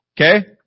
Okay